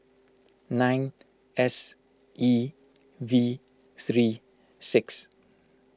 nine S E V three six